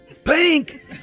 Pink